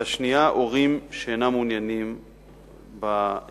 והשנייה, הורים שאינם מעוניינים בנושא.